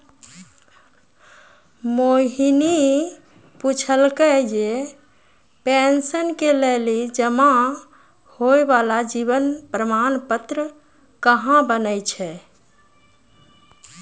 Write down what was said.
मोहिनी पुछलकै जे पेंशन के लेली जमा होय बाला जीवन प्रमाण पत्र कहाँ बनै छै?